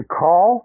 call